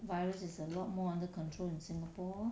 virus is a lot more under control in singapore